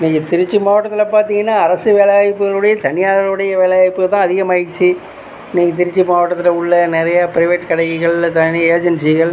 நீங்கள் திருச்சி மாவட்டத்தில் பார்த்தீங்கன்னா அரசு வேலைவாய்ப்புகள் உடைய தனியாருடைய வேலைவாய்ப்புகள் தான் அதிகமாயிடுச்சு இன்னைக்கி திருச்சி மாவட்டத்தில் உள்ள நிறைய ப்ரைவேட் கடைகள் தனி ஏஜென்சிகள்